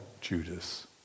Judas